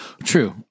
True